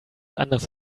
anderes